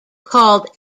called